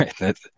Right